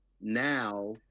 now